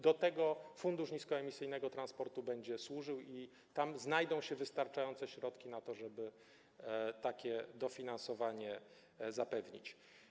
Do tego Fundusz Niskoemisyjnego Transportu będzie służył i tam znajdą się wystarczające środki na to, żeby takie dofinansowanie zapewnić.